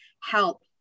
help